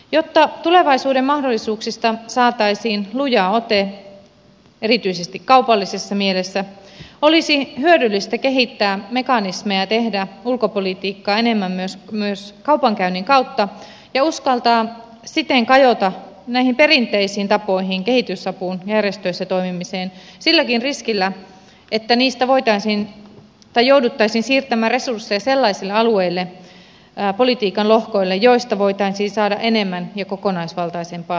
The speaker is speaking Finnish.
jotta tulevaisuuden mahdollisuuksista saataisiin luja ote erityisesti kaupallisessa mielessä olisi hyödyllistä kehittää mekanismeja tehdä ulkopolitiikkaa enemmän myös kaupankäynnin kautta ja uskaltaa siten kajota näihin perinteisiin tapoihin kehitysapuun järjestöissä toimimiseen silläkin riskillä että niistä jouduttaisiin siirtämään resursseja sellaisille alueille politiikan lohkoille joista voitaisiin saada enemmän ja kokonaisvaltaisempaa hyötyä